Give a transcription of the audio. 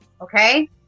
Okay